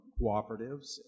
cooperatives